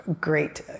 Great